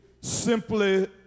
simply